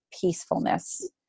peacefulness